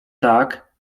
tak